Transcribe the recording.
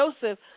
Joseph